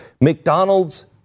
McDonald's